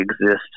exist